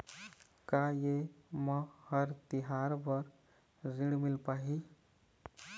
का ये म हर तिहार बर ऋण मिल पाही?